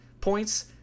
points